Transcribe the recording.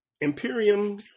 Imperium